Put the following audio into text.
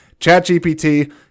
ChatGPT